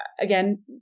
again